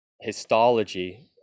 histology